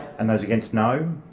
and those against no.